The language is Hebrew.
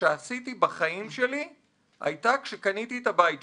שעשיתי בחיים שלי הייתה כשקניתי את הבית שלי.